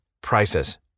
prices